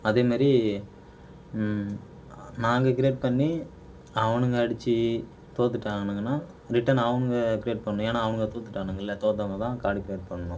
அதே மாதிரி நாங்கள் கிரியேட் பண்ணி அவனுங்க அடிச்சு தோத்துட்டானுங்கன்னா ரிட்டர்ன் அவனுங்க கிரேட் பண்ணும் ஏன்னா அவனுங்க தோத்துட்டானுங்கள தோத்தவங்கதான் கார்ட் கிரேட் பண்ணும்